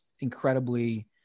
incredibly